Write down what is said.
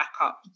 backup